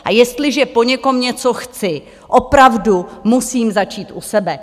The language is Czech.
A jestliže po někom něco chci, opravdu musím začít u sebe.